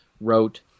wrote